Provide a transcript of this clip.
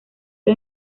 que